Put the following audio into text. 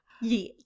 Yes